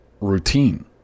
routine